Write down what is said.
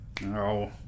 No